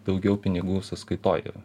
daugiau pinigų sąskaitoj ir